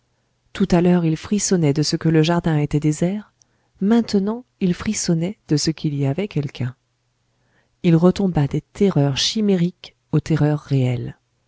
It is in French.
tout à l'heure il frissonnait de ce que le jardin était désert maintenant il frissonnait de ce qu'il y avait quelqu'un il retomba des terreurs chimériques aux terreurs réelles